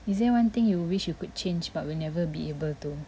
is there one thing you wish you could change but will never be able to